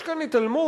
יש כאן התעלמות,